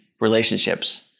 relationships